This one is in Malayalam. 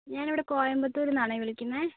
ഞാനിവിടെ കോയമ്പത്തൂരിൽ നിന്നാണേ വിളിക്കുന്നത്